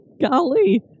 golly